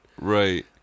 Right